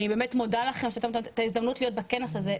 אני מודה לכם שנתתם את ההזדמנות בכנס הזה.